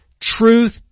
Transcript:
truth